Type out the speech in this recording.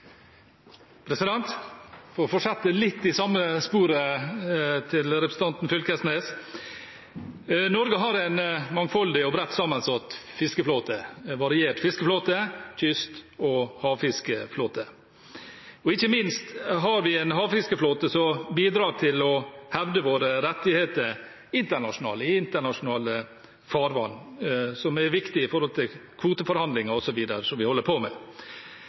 litt i samme sporet, til representanten Knag Fylkesnes. Norge har en mangfoldig og bredt sammensatt fiskeflåte, en variert fiskeflåte, kyst- og havfiskeflåte. Ikke minst har vi en havfiskeflåte som bidrar til å hevde våre rettigheter i internasjonale farvann, som er viktig når det gjelder kvoteforhandlinger osv., som vi holder på med.